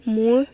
মোৰ